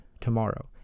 tomorrow